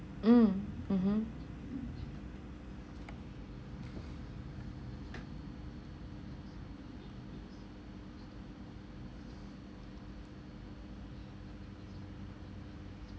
mm mmhmm